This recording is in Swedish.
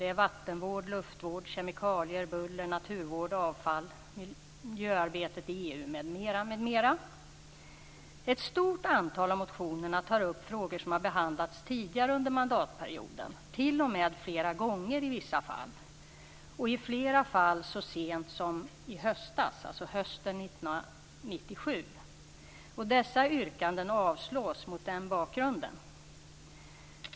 Det är vattenvård, luftvård, kemikalier, buller, naturvård, avfall, miljöarbetet i EU, m.m. Ett stort antal av motionerna tar upp frågor som har behandlats tidigare under mandatperioden, t.o.m. flera gånger i vissa fall. I flera fall så sent som hösten 1997. Dessa yrkanden avstyrks mot den bakgrunden.